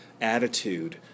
attitude